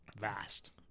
vast